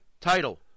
title